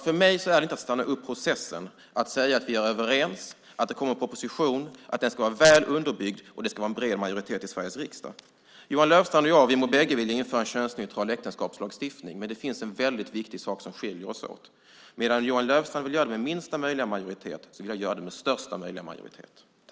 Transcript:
För mig är det inte att stoppa processen att säga att vi är överens, att det kommer en proposition, att den ska vara väl underbyggd och att det ska vara en bred majoritet i Sveriges riksdag. Johan Löfstrand och jag må bägge vilja införa en könsneutral äktenskapslagstiftning, men det finns en viktig sak som skiljer oss åt, nämligen att medan Johan Löfstrand vill göra det med minsta möjliga majoritet vill jag göra det med största möjliga majoritet.